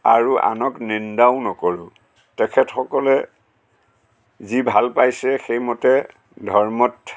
আৰু আনক নিন্দাও নকৰোঁ তেখেতসকলে যি ভাল পাইছে সেইমতে ধৰ্মত